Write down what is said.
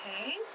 okay